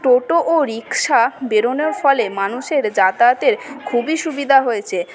টোটো ও রিকশা বেরোনোর ফলে মানুষের যাতায়াতের খুবই সুবিধা হয়েছে